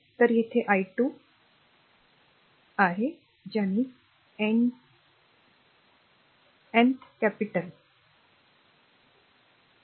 तर येथे i2 N काय आहे ज्याने एनटीची राजधानी घेतली आहे